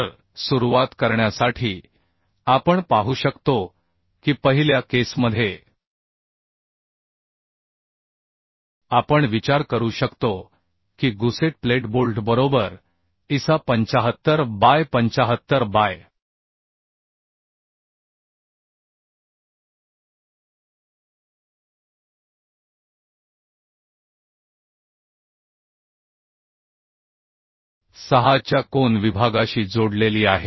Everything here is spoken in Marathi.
तर सुरुवात करण्यासाठी आपण पाहू शकतो की पहिल्या केसमधे आपण विचार करू शकतो की गुसेट प्लेट बोल्ट बरोबर ISa 75 बाय 75 बाय 6 च्या कोन विभागाशी जोडलेली आहे